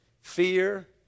Fear